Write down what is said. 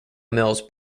mills